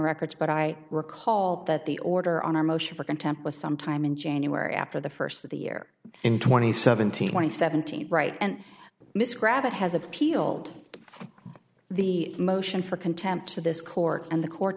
records but i recall that the order on our motion for contempt was sometime in january after the first of the year in twenty seventeen twenty seventeen right and miss cravat has appealed the motion for contempt to this court and the court